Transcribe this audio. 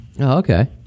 Okay